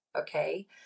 Okay